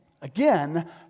Again